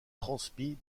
transmis